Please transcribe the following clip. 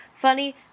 funny